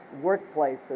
workplaces